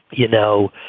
you know,